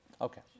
okay